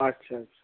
अच्छा अच्छा